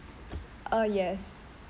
uh yes